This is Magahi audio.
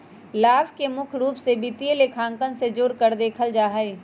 लाभ के मुख्य रूप से वित्तीय लेखांकन से जोडकर देखल जा हई